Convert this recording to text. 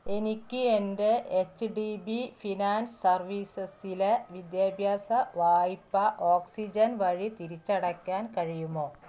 എനിക്ക് എൻ്റെ H D B finance സർവീസസിലെ വിദ്യാഭ്യാസ വായ്പ ഓക്സിജൻ വഴി തിരിച്ചടയ്ക്കാൻ കഴിയുമോ